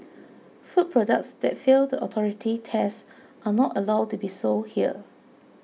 food products that fail the authority's tests are not allowed to be sold here